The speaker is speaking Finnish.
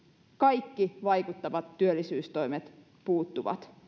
kaikki vaikuttavat työllisyystoimet puuttuvat